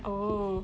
oh